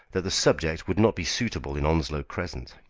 that the subject would not be suitable in onslow crescent.